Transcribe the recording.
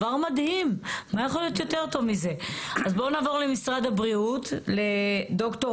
עניין מדיני של להתוות איזושהי מדיניות לגבי החיסון שהוא יגיע